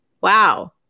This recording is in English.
Wow